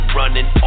running